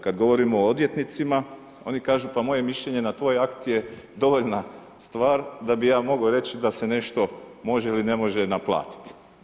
Kad govorimo o odvjetnicima, oni kažu, pa moje mišljenje na tvoj akt je dovoljna stvar da bi ja mogao reći da se nešto može ili ne može naplatiti.